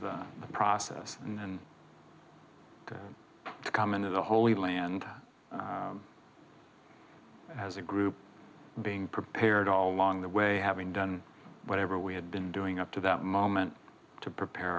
the process and to come into the holy land as a group being prepared all along the way having done whatever we had been doing up to that moment to prepare